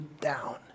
down